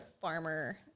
farmer